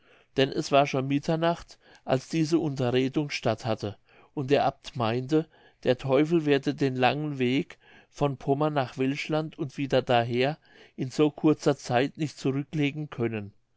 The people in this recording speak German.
denn es war schon mitternacht als diese unterredung statt hatte und der abt meinte der teufel werde den langen weg von pommern nach welschland und wieder daher in so kurzer zeit nicht zurücklegen können